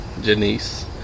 Janice